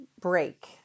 break